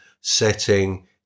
setting